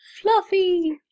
Fluffy